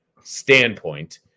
standpoint